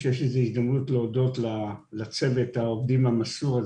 ואני חושב שזו הזדמנות להודות לצוות העובדים המסור,